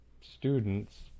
students